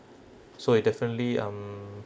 so it definitely um